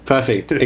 Perfect